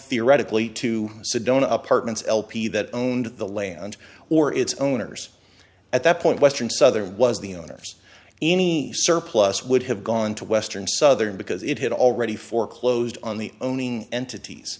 theoretically to sedona apartments lp that owned the land or its owners at that point western souther was the owners any surplus would have gone to western southern because it had already foreclosed on the owning entities